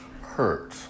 hurt